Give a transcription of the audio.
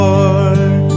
Lord